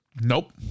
nope